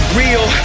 real